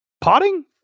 potting